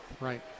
right